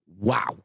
Wow